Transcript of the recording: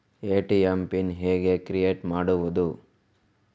ATM pin ಹೇಗೆ create ಮಾಡುವುದು?